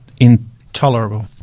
intolerable